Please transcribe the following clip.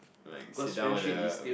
like sit down at the